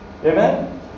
Amen